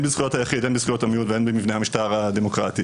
בזכויות היחיד בזכויות המיעוט והן במבנה המשטר הדמוקרטי.